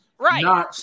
Right